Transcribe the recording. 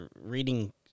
reading